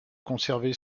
conserver